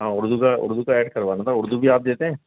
ہاں اردو کا اردو کا ایڈ کروانا تھا اردو بھی آپ دیتے ہیں